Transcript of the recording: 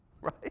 Right